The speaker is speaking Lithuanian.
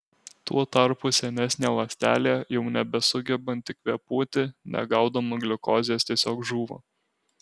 tuo tarpu senesnė ląstelė jau nebesugebanti kvėpuoti negaudama gliukozės tiesiog žūva